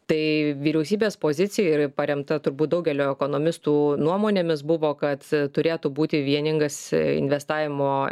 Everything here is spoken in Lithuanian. tai vyriausybės pozicija ir paremta turbūt daugelio ekonomistų nuomonėmis buvo kad turėtų būti vieningas investavimo